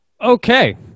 Okay